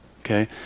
okay